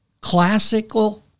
classical